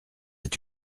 est